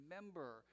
remember